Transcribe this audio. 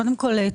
קודם כל,